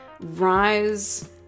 rise